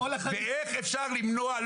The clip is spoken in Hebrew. ואיך אפשר למנוע,